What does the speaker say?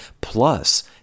plus